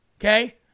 Okay